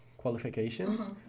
Qualifications